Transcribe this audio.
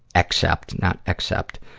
accept, not except.